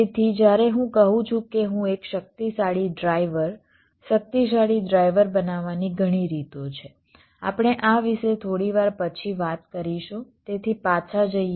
તેથી જ્યારે હું કહું છું કે હું એક શક્તિશાળી ડ્રાઇવર શક્તિશાળી ડ્રાઇવર બનાવવાની ઘણી રીતો છે આપણે આ વિશે થોડી વાર પછી વાત કરીશું તેથી પાછા જઈએ